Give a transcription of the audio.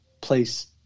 place